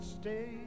stay